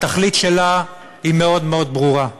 התכלית שלה היא מאוד מאוד ברורה: